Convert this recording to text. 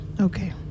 okay